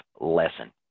lesson